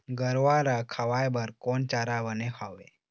गरवा रा खवाए बर कोन चारा बने हावे?